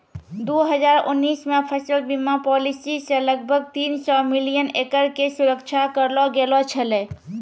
दू हजार उन्नीस मे फसल बीमा पॉलिसी से लगभग तीन सौ मिलियन एकड़ के सुरक्षा करलो गेलौ छलै